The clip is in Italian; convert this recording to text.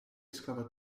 scava